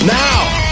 now